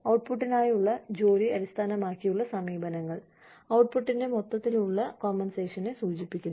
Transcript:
ഔട്ട്പുട്ടിനായുള്ള ജോലി അടിസ്ഥാനമാക്കിയുള്ള സമീപനങ്ങൾ ഔട്ട്പുട്ടിന്റെ മൊത്തത്തിലുള്ള കോമ്പൻസേഷനെ സൂചിപ്പിക്കുന്നു